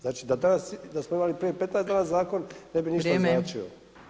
Znači da smo imali prije 15 dana zakon ne bi ništa značio.